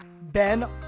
Ben